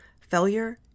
Failure